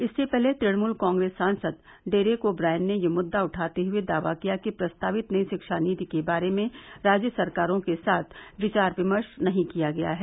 इससे पहले तृणमुल कांग्रेस सांसद डेरेक ओ ब्रायन ने यह मुद्दा उठाते हुए दावा किया कि प्रस्तावित नई शिक्षा नीति के बारे में राज्य सरकारों के साथ विचार विमर्श नहीं किया गया है